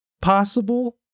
possible